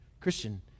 Christian